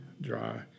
dry